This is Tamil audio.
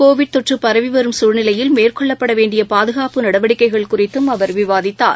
கோவிட் தொற்றபரவிவரும் சூழ்நிலையில் மேற்கொள்ளப்படவேண்டியபாதுகாப்பு நடவடிக்கைகள் குறித்தும் அவர் விவாதித்தார்